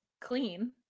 clean